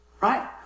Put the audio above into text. Right